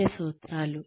ముఖ్య సూత్రాలు